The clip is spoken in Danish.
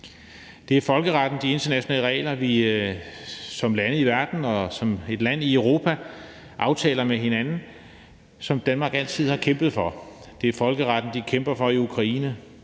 Det er folkerettens og de internationale regler, vi som lande i verden og som et land i Europa aftaler med hinanden, som Danmark altid har kæmpet for. Det er folkeretten, vi kæmper for i Ukraine.